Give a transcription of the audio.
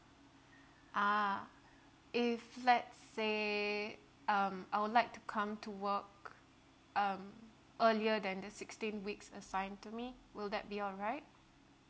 ah if let's say um I would like to come to work um earlier than the sixteen weeks assigned to me will that be all right